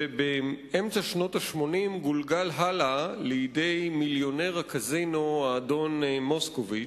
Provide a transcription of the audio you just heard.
ובאמצע שנות ה-80 גולגל הלאה לידי מיליונר הקזינו האדון מוסקוביץ.